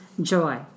Joy